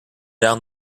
down